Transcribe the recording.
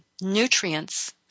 nutrients